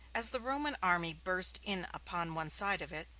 as the roman army burst in upon one side of it,